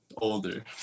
Older